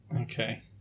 Okay